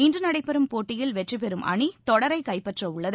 இன்று நடைபெறும் போட்டியில் வெற்றி பெறும் அணி தொடரை கைப்பற்றவுள்ளது